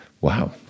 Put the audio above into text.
wow